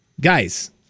Guys